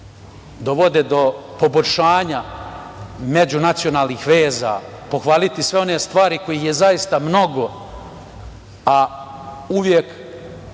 dovode do poboljšanja međunacionalnih veza, pohvaliti sve one stvari kojih je zaista mnogo, a uvek